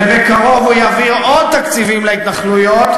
ובקרוב הוא יעביר עוד תקציבים להתנחלויות,